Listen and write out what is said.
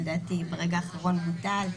שלדעתי ברגע האחרון בוטל,